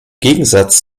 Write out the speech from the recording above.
gegensatz